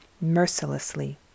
mercilessly